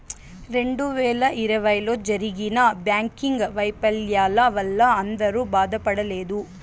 రెండు వేల ఇరవైలో జరిగిన బ్యాంకింగ్ వైఫల్యాల వల్ల అందరూ బాధపడలేదు